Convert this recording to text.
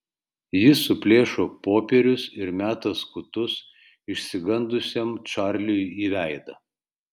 ji suplėšo popierius ir meta skutus išsigandusiam čarliui į veidą